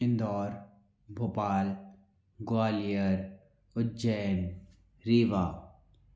Indore Bhopal Gwalior Ujjain Rewa